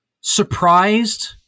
surprised